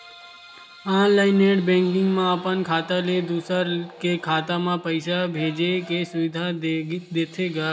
online net banking म अपन खाता ले दूसर के खाता म पइसा भेजे के सुबिधा देथे गा